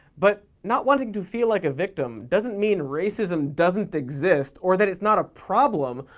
but. not wanting to feel like a victim doesn't mean racism doesn't exist, or that it's not a problem,